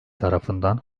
tarafından